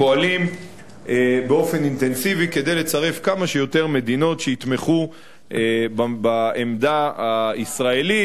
פועל באופן אינטנסיבי כדי לצרף כמה שיותר מדינות שיתמכו בעמדה הישראלית,